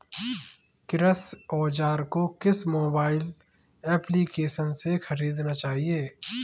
कृषि औज़ार को किस मोबाइल एप्पलीकेशन से ख़रीदना चाहिए?